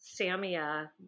Samia